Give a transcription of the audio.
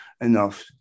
enough